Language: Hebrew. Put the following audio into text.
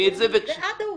אני בעד העובדות.